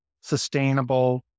sustainable